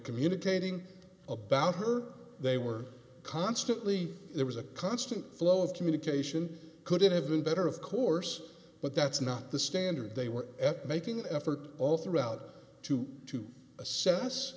communicating about her they were constantly there was a constant flow of communication could have been better of course but that's not the standard they were making effort all throughout two to ass